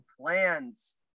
plans